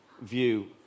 view